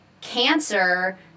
cancer